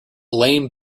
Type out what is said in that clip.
lame